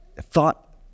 thought